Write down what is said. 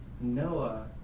Noah